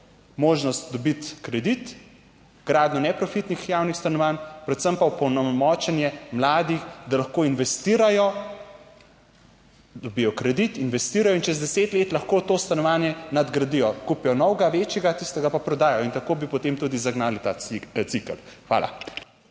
možnost dobiti kredit, gradnjo neprofitnih javnih stanovanj, predvsem pa opolnomočenje mladih, da lahko investirajo, dobijo kredit, investirajo in čez deset let lahko to stanovanje nadgradijo, kupijo novega, večjega, tistega pa prodajo in tako bi potem tudi zagnali ta cikel. Hvala.